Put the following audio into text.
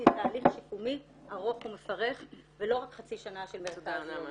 תהליך שיקומי ארוך ומפרך ולא רק חצי שנה של מרכז יום.